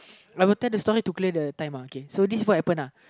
I will tell the story the clear the time okay so this is what happen lah